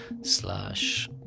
slash